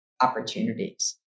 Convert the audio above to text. opportunities